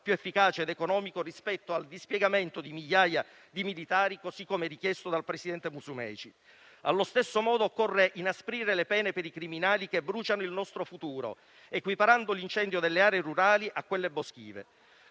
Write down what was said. più efficace ed economico rispetto al dispiegamento di migliaia di militari, come richiesto dal presidente Musumeci. Allo stesso modo occorre inasprire le pene per i criminali che bruciano il nostro futuro, equiparando l'incendio delle aree rurali a quelle boschive.